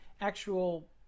actual